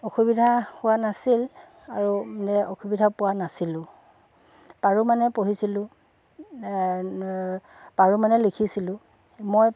অসুবিধা হোৱা নাছিল আৰু মানে অসুবিধা পোৱা নাছিলোঁ পাৰো মানে পঢ়িছিলোঁ পাৰো মানে লিখিছিলোঁ মই